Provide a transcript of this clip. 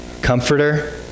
comforter